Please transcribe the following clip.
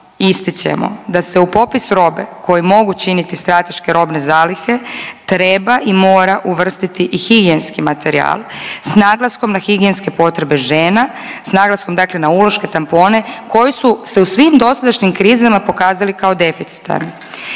ističemo da se u popis robe koje mogu činiti strateške robne zalihe treba i mora uvrstiti i higijenski materijal s naglaskom na higijenske potrebe žena, s naglaskom dakle na uloške, tampone koji su se u svim dosadašnjim krizama pokazali kao deficitarni.